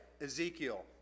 Ezekiel